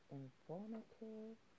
informative